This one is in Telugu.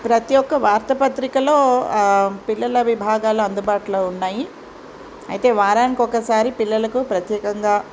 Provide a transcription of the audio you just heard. ప్రతి ఒక్క వార్తపత్రికలో పిల్లల విభాగాలు అందుబాటులో ఉన్నాయి అయితే వారానికొకసారి పిల్లలకు ప్రత్యేకంగా